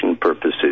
purposes